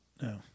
No